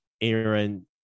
Aaron